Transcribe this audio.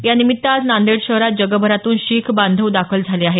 यानिमित्त आज नांदेड शहरात जगभरातून शीखम बांधव दाखल झाले आहेत